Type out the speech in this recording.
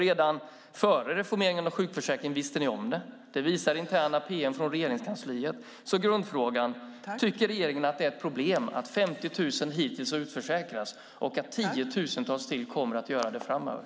Redan före reformeringen av sjukförsäkringen visste ni om det. Det visar interna pm från Regeringskansliet. Grundfrågan är: Tycker regeringen att det är ett problem att 50 000 hittills har utförsäkrats och att tiotusentals ytterligare kommer att bli utförsäkrade framöver?